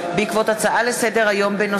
ובעקבות דיון בהצעה לסדר-היום של חברת הכנסת חנין